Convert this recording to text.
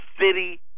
City